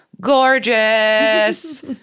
gorgeous